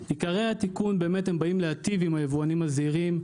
עיקרי התיקון באמת באים להיטיב עם היבואנים הזעירים,